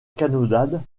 canonnade